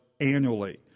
annually